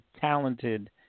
talented